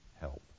help